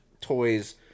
toys